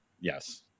Yes